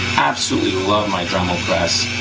absolutely love my dremel press.